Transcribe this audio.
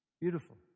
Beautiful